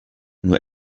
nur